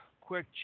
quick